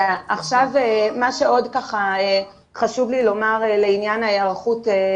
מה שעוד חשוב לי לומר לעניין ההיערכות,